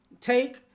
take